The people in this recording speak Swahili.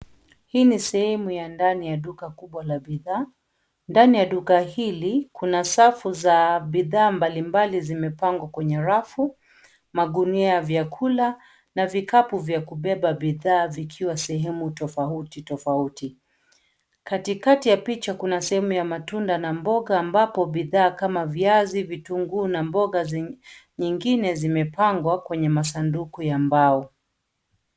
Hii ni sehemu ya ndani ya duka kubwa la bidhaa. Ndani ya duka hili, kuna safu za bidhaa mbalimbali zimepangwa kwenye rafu. Magunia ya vyakula na vikapu vya kubeba bidhaa vikiwa sehemu tofauti tofauti. Katikati ya picha kuna sehemu ya matunda na mboga ambapo bidhaa kama viazi, vitunguu na mboga nyingine zimepangwa kwenye masanduku ya mbao.